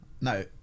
No